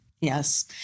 Yes